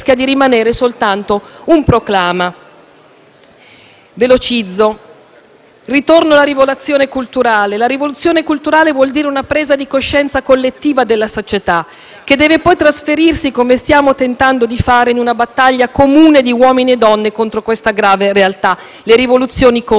proclama. La rivoluzione culturale deve tradursi in una presa di coscienza collettiva della società, che deve poi trasferirsi, come stiamo tentando di fare, in una battaglia comune di uomini e donne contro questa grave realtà. Le rivoluzioni costano; non sono costi, ma investimenti; e allora cambio termine: